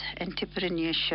entrepreneurship